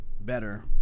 better